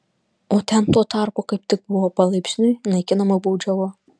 o ten tuo tarpu kaip tik buvo palaipsniui naikinama baudžiava